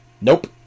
Nope